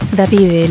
David